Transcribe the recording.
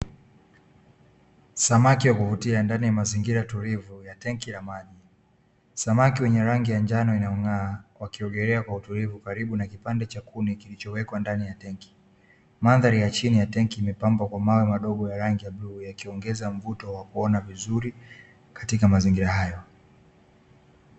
Samaki wa kuvutia ndani ya mazingira tulivu ya tenki la maji. Samaki wenye rangi ya njano inayong'aa wakiogelea kwa utulivu karibu na kipande cha kuni kilichowekwa ndani ya tenki. Mandhari ya chini ya tenki imepambwa kwa mawe madogo ya rangi ya bluu, yakiongeza mvuto wa kuona vizuri katika mazingira hayo.